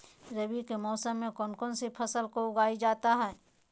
रवि के मौसम में कौन कौन सी फसल को उगाई जाता है?